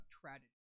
tragedy